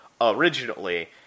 originally